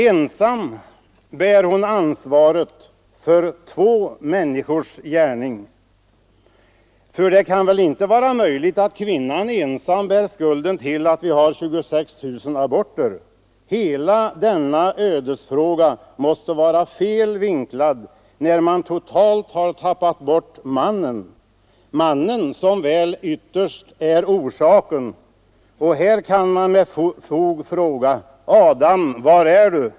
Ensam bär hon ansvaret för två människors handling. För det kan väl inte vara möjligt att kvinnan ensam bär skulden till att vi har 26 000 aborter? Hela denna ödesfråga måste vara fel vinklad när man totalt har tappat bort mannen — mannen som väl ytterst är orsaken. Här kan man med fog fråga: Adam, var är du?